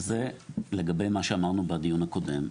זה לגבי מה שאמרנו בדיון הקודם.